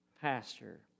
pastor